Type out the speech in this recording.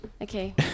Okay